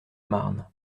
marne